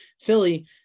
philly